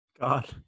God